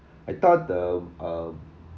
I thought the um